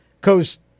Coast